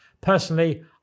Personally